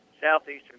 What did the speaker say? Southeastern